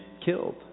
killed